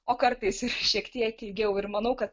o kartais ir šiek tiek ilgiau ir manau kad